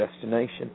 destination